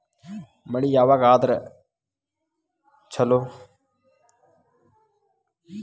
ಮಳಿ ಯಾವಾಗ ಆದರೆ ಛಲೋ?